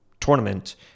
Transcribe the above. tournament